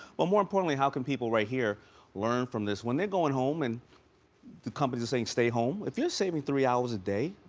but more importantly, how can people right here learn from this? when they're going home and the companies are saying, stay home, if you're saving three hours a day,